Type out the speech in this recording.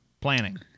Planning